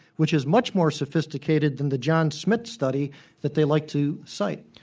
which is much more sophisticated than the john smith study that they like to cite.